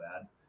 bad